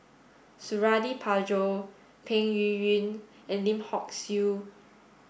Suradi Parjo Peng Yuyun and Lim Hock Siew